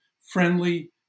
friendly